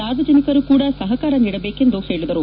ಸಾರ್ವಜನಿಕರು ಕೂಡ ಸಹಕಾರ ನೀಡಬೇಕು ಎಂದು ಹೇಳಿದರು